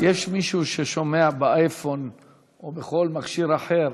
יש מישהו ששומע באייפון או בכל מכשיר אחר?